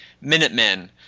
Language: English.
Minutemen